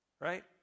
Right